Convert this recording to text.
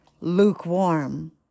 lukewarm